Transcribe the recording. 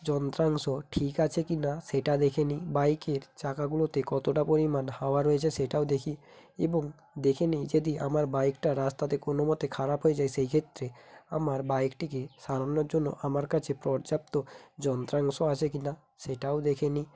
যন্ত্রাংশ ঠিক আছে কি না সেটা দেখে নিই বাইকের চাকাগুলোতে কতটা পরিমাণ হাওয়া রয়েছে সেটাও দেখি এবং দেখে নিই যদি আমার বাইকটা রাস্তাতে কোনোমতে খারাপ হয়ে যায় সেইক্ষেত্রে আমার বাইকটিকে সারানোর জন্য আমার কাছে পর্যাপ্ত যন্ত্রাংশ আছে কি না সেটাও দেখে নিই